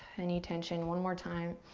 any tension. one more time.